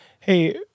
Hey